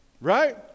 Right